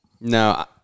No